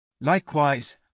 Likewise